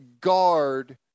guard